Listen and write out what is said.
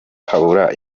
habura